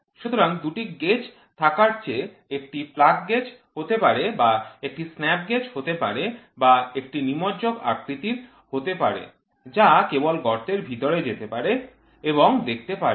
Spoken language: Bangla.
সুতরাং দুটি গেজ থাকার চেয়ে এটি প্লাগ গেজ হতে পারে বা এটি স্ন্যাপ গেজ হতে পারে বা এটি নিমজ্জক আকৃতির হতে পারে যা কেবল গর্তের ভিতরে যেতে পারে এবং দেখতে পারে